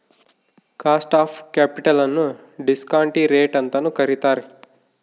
cost of capital ನ್ನು discount rate ಅಂತನು ಕರಿತಾರೆ